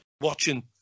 watching